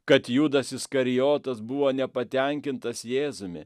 kad judas iskarijotas buvo nepatenkintas jėzumi